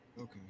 Okay